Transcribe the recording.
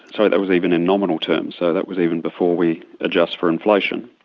so that was even in nominal terms, so that was even before we adjust for inflation.